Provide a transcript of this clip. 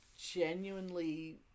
genuinely